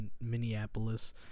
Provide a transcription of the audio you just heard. Minneapolis